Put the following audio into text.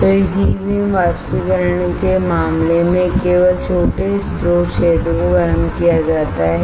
तो इस E beam beam वाष्पीकरण के मामले में केवल छोटे स्रोत क्षेत्र को गर्म किया जाता है